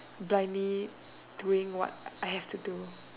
blindly doing what I have to do